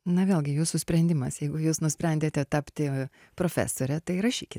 na vėlgi jūsų sprendimas jeigu jūs nusprendėte tapti profesore tai rašyki